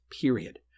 period